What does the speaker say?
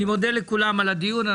אני מודה לכולם על הדיון הזה,